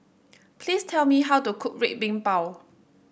please tell me how to cook Red Bean Bao